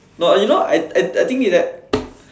no you know I I I think it that